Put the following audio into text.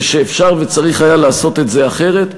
ואפשר וצריך היה לעשות את זה אחרת.